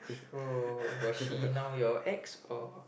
so was he now your ex or